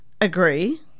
agree